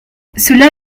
cela